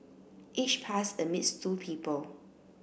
each pass admits two people